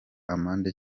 amande